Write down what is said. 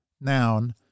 noun